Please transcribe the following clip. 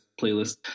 playlist